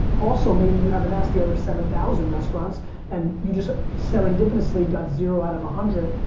also, maybe you haven't asked the other seven thousand restaurants and you just serendipitously got zero out of a hundred,